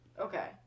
Okay